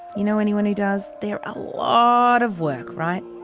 you know anyone who does? they're a lot of work, right?